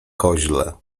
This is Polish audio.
koźle